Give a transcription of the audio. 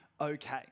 Okay